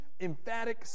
emphatic